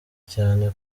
cyane